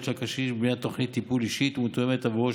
של הקשיש ובבניית תוכנית טיפול אישית ומתואמת בעבורו,